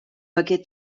aquest